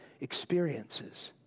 experiences